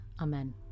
Amen